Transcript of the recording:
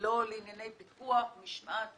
שלום לכולם, אני מתכבד לפתוח את ישיבת